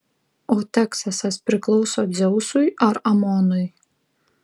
o teksasas priklauso dzeusui ar amonui